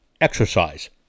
exercise